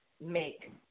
make